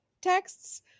texts